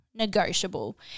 negotiable